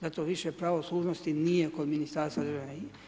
Zato više pravo služnosti nije kod Ministarstva državne.